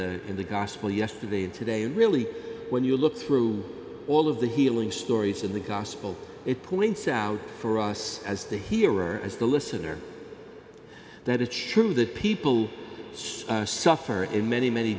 the in the gospel yesterday and today and really when you look through all of the healing stories in the gospel it points out for us as the hearer as the listener that it sure that people suffer in many many